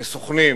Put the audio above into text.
כסוכנים,